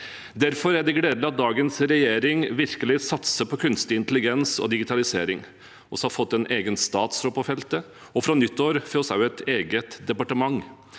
Derfor er det gledelig at dagens regjering virkelig satser på kunstig intelligens og digitalisering. Vi har fått en egen statsråd på feltet, og fra nyttår får vi også et eget departement.